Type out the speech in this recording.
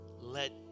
let